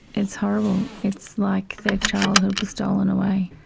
it's horrible. it's like their childhood was stolen away,